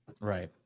Right